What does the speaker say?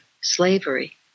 slavery